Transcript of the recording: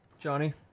Johnny